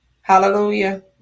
Hallelujah